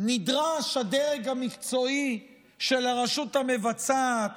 נדרש הדרג המקצועי של הרשות המבצעת